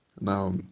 Now